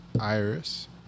Iris